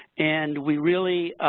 and, we really